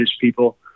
people